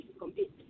compete